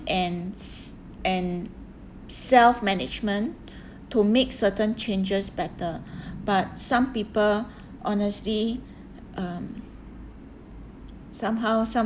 and s~ and self management to make certain changes better but some people honestly um somehow some